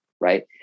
right